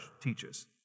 teaches